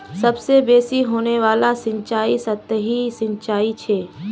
सबसे बेसि होने वाला सिंचाई सतही सिंचाई छ